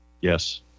Yes